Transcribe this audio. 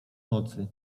nocy